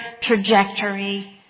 trajectory